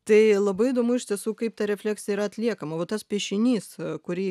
tai labai įdomu iš tiesų kaip ta refleksija yra atliekamas va tas piešinys kurį